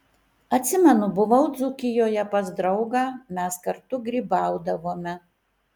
atsimenu buvau dzūkijoje pas draugą mes kartu grybaudavome